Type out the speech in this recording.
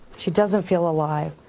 she doesn't feel alive.